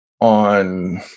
on